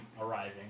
arriving